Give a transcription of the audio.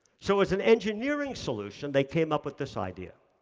so, as an engineering solution, they came up with this idea.